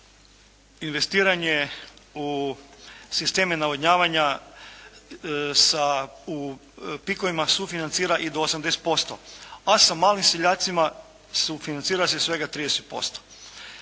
investiranje u sisteme navodnjavanja u PIK-ovima sufinancira i do 80%, a sa malim seljacima sufinancira se svega 30%.